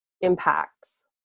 impacts